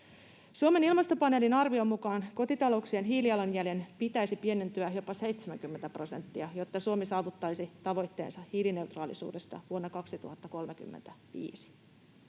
Suomen ilmastopaneelin arvion mukaan kotitalouksien hiilijalanjäljen pitäisi pienentyä jopa 70 prosenttia, jotta Suomi saavuttaisi tavoitteensa hiilineutraalisuudesta vuonna 2035.